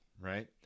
Right